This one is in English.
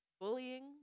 Bullying